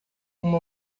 uma